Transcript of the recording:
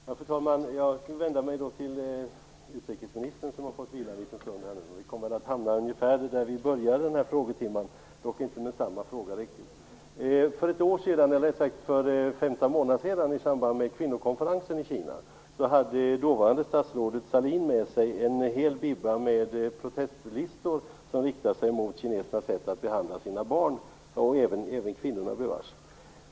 Fru talman! Jag vill vända mig till utrikesministern, som har fått vila en liten stund nu. Vi kommer väl att hamna ungefär där vi började den här frågetimmen om än inte med riktigt samma fråga. För ett år sedan, eller rättare sagt för 15 månader sedan, i samband med kvinnokonferensen i Kina, hade dåvarande statsrådet Sahlin med sig en hel bibba med protestlistor som riktade sig mot kinesernas sätt att behandla sina barn och bevars även kvinnorna.